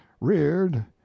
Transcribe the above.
reared